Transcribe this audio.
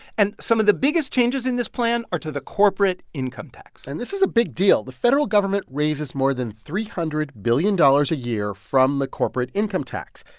and some of the biggest changes in this plan are to the corporate income tax and this is a big deal. the federal government raises more than three hundred billion dollars a year from the corporate income tax.